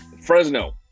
Fresno